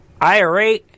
IRA